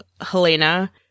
Helena